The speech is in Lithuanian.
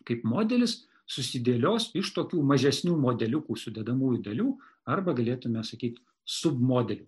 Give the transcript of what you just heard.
kaip modelis susidėlios iš tokių mažesnių modeliukų sudedamųjų dalių arba galėtume sakyt submodeliu